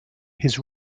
his